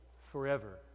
forever